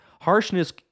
harshness